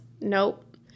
nope